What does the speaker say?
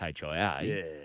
HIA